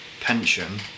pension